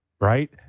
right